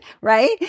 right